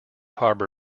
harbor